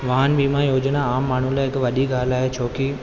वाहन बीमा योजना आम माण्हू लाइ हिकु वॾी ॻाल्हि आहे छोकी